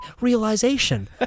realization